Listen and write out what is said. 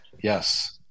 Yes